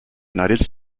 united